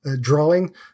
drawing